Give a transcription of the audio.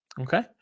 okay